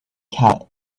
cat